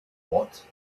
what